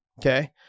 Okay